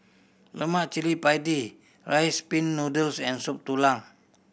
lemak cili padi Rice Pin Noodles and Soup Tulang